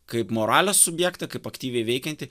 kaip moralės subjektą kaip aktyviai veikiantį